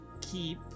keep